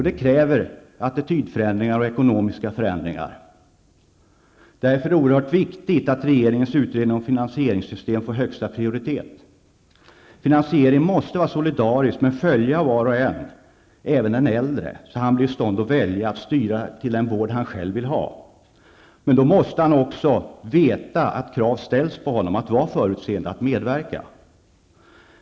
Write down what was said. Det kräver attitydförändringar och ekonomiska förändringar. Det är därför oerhört viktigt att regeringens utredning om finansieringssystemet får högsta prioritet. Finansieringen måste vara solidarisk, men den skall följa var och en, även den äldre, så att han blir i stånd att välja och kan styra mot den vård han själv vill ha. Men då måste han också veta att det kommer att ställas krav på honom att vara förutseende och att medverka.